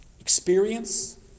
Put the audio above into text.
Experience